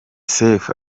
sefu